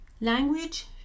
Language